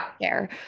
care